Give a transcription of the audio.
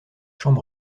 champs